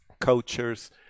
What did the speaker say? cultures